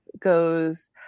goes